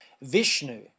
Vishnu